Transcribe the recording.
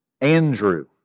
Andrew